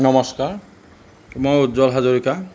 নমস্কাৰ মই উজ্জ্বল হাজৰিকা